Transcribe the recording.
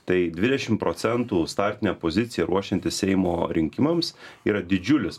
tai dvidešim procentų startinė pozicija ruošiantis seimo rinkimams yra didžiulis